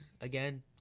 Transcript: again